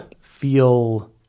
feel